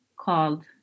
called